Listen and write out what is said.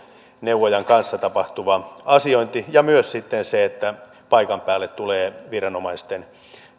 palveluneuvojan kanssa tapahtuva asiointi ja myös se että paikan päälle tulee